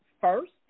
first